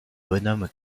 bonhomme